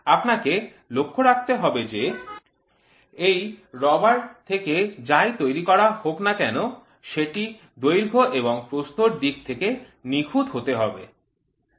আপনাকে লক্ষ্য রাখতে হবে যে এই রবার থেকে যাই তৈরি হোক না কেন সেটি দৈর্ঘ্য এবং প্রস্থর দিক থেকে নিখুঁত হতে হবে